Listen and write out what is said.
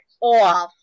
off